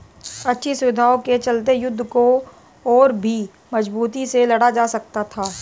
अच्छी सुविधाओं के चलते युद्ध को और भी मजबूती से लड़ा जा सकता था